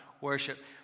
worship